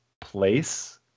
place